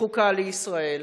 חוקה לישראל.